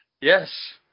Yes